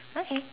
okay